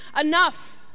enough